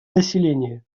население